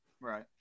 Right